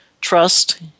trust